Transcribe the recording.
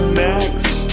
next